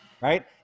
right